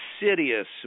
insidious